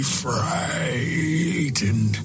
frightened